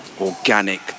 organic